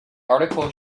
article